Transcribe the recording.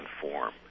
form